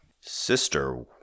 Sister